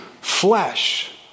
flesh